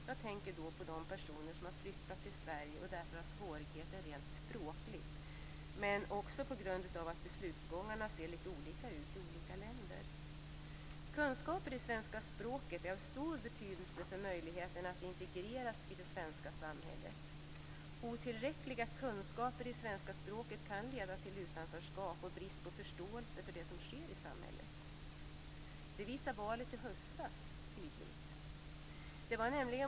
Jag tänker då på de personer som har flyttat till Sverige och som har svårigheter rent språkligt men också på grund av att beslutsgångarna ser lite olika ut i olika länder. Kunskaper i svenska språket är av stor betydelse för möjligheterna att integreras i det svenska samhället. Otillräckliga kunskaper i svenska språket kan leda till utanförskap och brist på förståelse för det som sker i samhället. Detta visar valet i höstas tydligt.